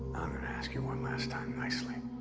ask you one last time nicely.